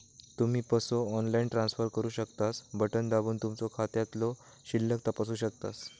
तुम्ही पसो online transfer करू शकतास, बटण दाबून तुमचो खात्यातलो शिल्लक तपासू शकतास